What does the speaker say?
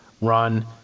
run